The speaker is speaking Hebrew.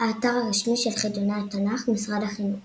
האתר הרשמי של חידוני התנ"ך - משרד החינוך